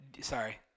sorry